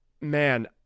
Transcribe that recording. man